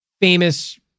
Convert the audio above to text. famous